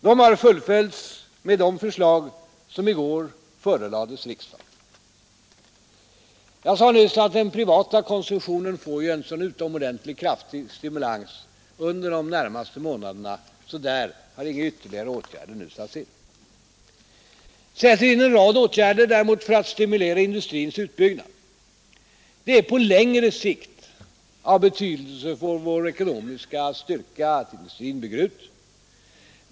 De har fullföljts med de förslag som i går förelades riksdagen. Jag sade nyss att den privata konsumtionen ligt kraftig stimulans under de närmaste månaderna, så där har inga ytterligare åtgärder satts in. Däremot sätts en rad åtgärder in för att stimulera industrins utbyggnad. Det är på längre sikt av stor betydelse för vår ekonomiska styrka att industrin utbyggs.